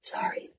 Sorry